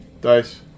Dice